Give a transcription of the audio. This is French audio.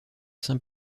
saint